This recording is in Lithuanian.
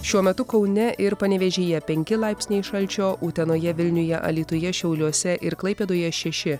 šiuo metu kaune ir panevėžyje penki laipsniai šalčio utenoje vilniuje alytuje šiauliuose ir klaipėdoje šeši